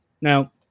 Now